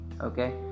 okay